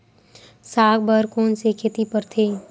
साग बर कोन से खेती परथे?